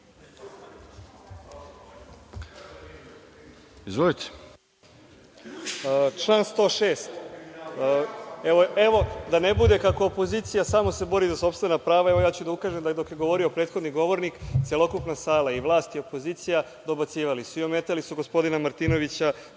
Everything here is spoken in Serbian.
Nogo** Član 106, da ne bude kako opozicija samo se bori za sopstvena prava, ja ću da ukažem da, dok je govorio prethodni govornik, celokupna sala i vlast i opozicija dobacivali su i ometali su gospodina Martinovića,